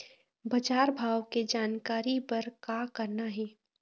बजार भाव के जानकारी बर का करना हे?